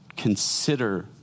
consider